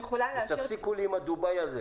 ותפסיקו עם הדובאי הזה